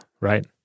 Right